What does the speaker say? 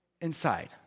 inside